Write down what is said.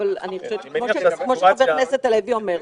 כפי שחבר הכנסת הלוי אומר,